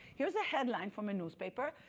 here's a headline from a newspaper,